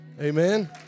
Amen